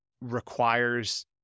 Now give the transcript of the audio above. requires